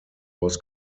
was